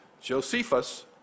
Josephus